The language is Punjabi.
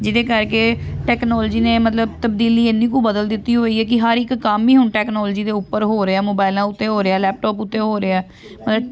ਜਿਹਦੇ ਕਰਕੇ ਟੈਕਨੋਲੋਜੀ ਨੇ ਮਤਲਬ ਤਬਦੀਲੀ ਇੰਨੀ ਕੁ ਬਦਲ ਦਿੱਤੀ ਹੋਈ ਹੈ ਕਿ ਹਰ ਇੱਕ ਕੰਮ ਹੀ ਹੁਣ ਟੈਕਨੋਲਜੀ ਦੇ ਉੱਪਰ ਹੋ ਰਿਹਾ ਮੋਬਾਇਲਾਂ ਉੱਤੇ ਹੋ ਰਿਹਾ ਲੈਪਟੋਪ ਉੱਤੇ ਹੋ ਰਿਹਾ ਅਰ